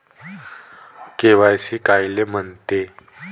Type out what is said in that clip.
KYC कायले म्हनते?